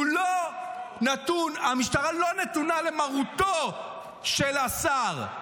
המשטרה לא נתונה למרותו של השר,